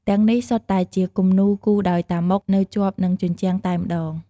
ទាំងនេះសុទ្ធតែជាគំនូរគូរដោយតាម៉ុកនៅជាប់នឹងជញ្ជាំងតែម្ដង។